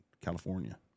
California